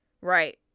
Right